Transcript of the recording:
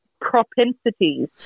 propensities